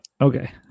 Okay